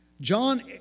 John